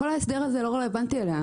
כל ההסדר הזה לא רלוונטי אליה,